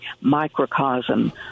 microcosm